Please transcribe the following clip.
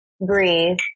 breathe